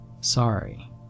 sorry